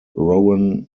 rowan